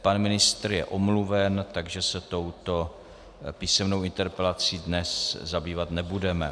Pan ministr je omluven, takže se touto písemnou interpelací dnes zabývat nebudeme.